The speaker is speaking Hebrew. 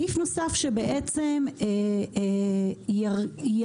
סעיף נוסף שבעצם ינחה,